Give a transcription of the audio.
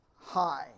high